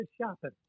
shopping